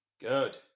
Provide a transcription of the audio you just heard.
Good